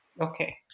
Okay